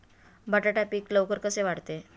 बटाटा पीक लवकर कसे वाढते?